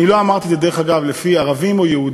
דרך אגב, אני לא אמרתי את זה לפי ערבים או יהודים,